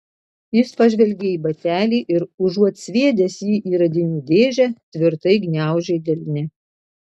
jis pažvelgė į batelį ir užuot sviedęs jį į radinių dėžę tvirtai gniaužė delne